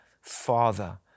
Father